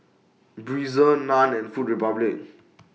Breezer NAN and Food Republic